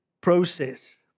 process